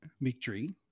victory